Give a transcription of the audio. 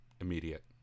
immediate